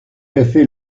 café